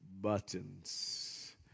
buttons